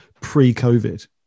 pre-covid